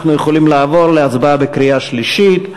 אנחנו יכולים לעבור להצבעה בקריאה שלישית.